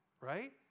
Right